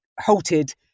halted